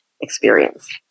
experience